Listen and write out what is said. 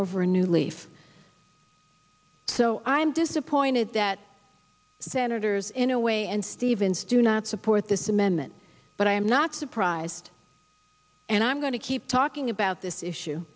over a new leaf so i'm disappointed that senators in a way and stevens do not support this amendment but i am not surprised and i'm going to keep talking about this issue